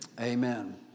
amen